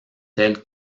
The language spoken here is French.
tel